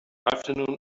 afternoon